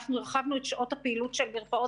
אנחנו הרחבנו את שעות הפעילות של מרפאות